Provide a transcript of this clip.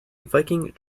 viking